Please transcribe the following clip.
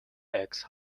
eggs